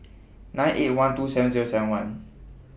nine eight one two seven Zero seven one